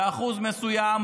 באחוז מסוים,